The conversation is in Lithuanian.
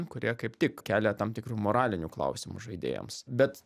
kurie kaip tik kelia tam tikrų moralinių klausimų žaidėjams bet